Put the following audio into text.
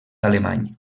alemany